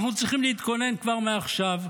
אנחנו צריכים להתכונן כבר מעכשיו.